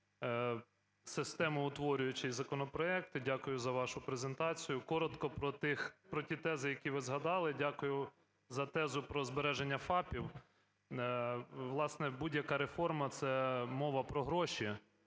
Дякую за вашу презентацію. Коротко про ті тези, які ви згадали. Дякую за тезу про збереження ФАПів. Власне, будь-яка реформа – це мова про гроші.